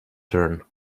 turn